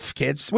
kids